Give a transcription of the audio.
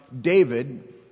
David